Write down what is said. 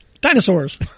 Dinosaurs